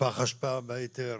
פח אשפה בהיתר,